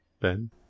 Ben